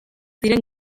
ziren